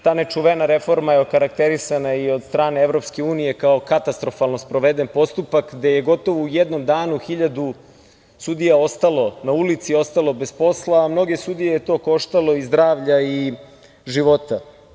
Ta nečuvena reforma je okarakterisana i od strane EU kao katastrofalno sproveden postupak, a gde je gotovo u jednom danu 1.000 sudija ostalo na ulici, ostalo bez posla, a mnoge sudije je to koštalo i zdravlja i života.